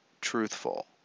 truthful